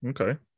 Okay